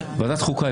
ועדת החוקה היא